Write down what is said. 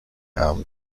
امن